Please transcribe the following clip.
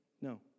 No